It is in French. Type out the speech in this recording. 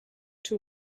tout